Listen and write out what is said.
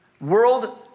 world